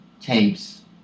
tapes